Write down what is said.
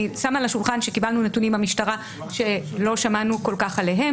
אני שמה על השולחן שקיבלנו נתונים מהמשטרה שלא כל כך שמענו עליהם,